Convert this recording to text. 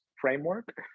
framework